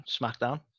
SmackDown